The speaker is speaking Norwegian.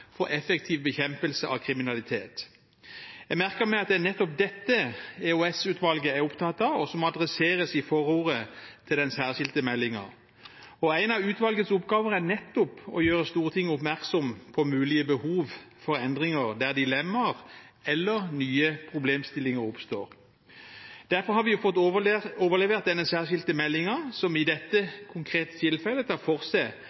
for effektiv bekjempelse av kriminalitet. Jeg merket meg at det er nettopp dette EOS-utvalget er opptatt av, og som adresseres i forordet til den særskilte meldingen. En av utvalgets oppgaver er nettopp å gjøre Stortinget oppmerksom på mulige behov for endringer, der dilemmaer eller nye problemstillinger oppstår. Derfor har vi fått overlevert denne særskilte meldingen, som i dette konkrete tilfellet tar for seg